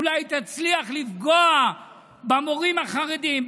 אולי היא תצליח לפגוע במורים החרדים,